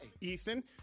Ethan